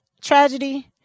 tragedy